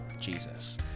Jesus